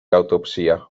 autopsia